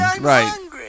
Right